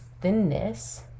thinness